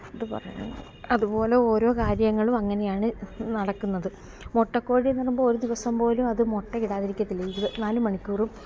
അതു പറഞ്ഞു അതുപോലെ ഓരോ കാര്യങ്ങളും അങ്ങനെയാണ് നടക്കുന്നത് മുട്ടക്കൊഴിയെന്നു പറയുമ്പം ഒരു ദിവസം പോലും അതു മുട്ടയിടാതിരിക്കത്തില്ല ഇരുപത്തി നാലു മണിക്കൂറും